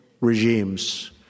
regimes